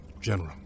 General